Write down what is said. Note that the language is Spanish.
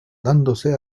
dándose